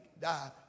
die